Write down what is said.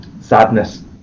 sadness